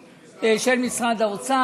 המשפטי, אני אומר, היועץ המשפטי, של משרד האוצר.